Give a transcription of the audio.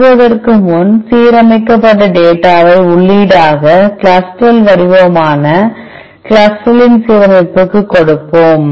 தொடங்குவதற்கு முன் சீர்அமைக்கப்பட்ட டேட்டாவை உள்ளீடாக CLUSTAL வடிவமான CLUSTAL இன் சீரமைப்புக்கு கொடுப்போம்